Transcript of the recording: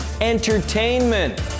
entertainment